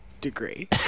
Degree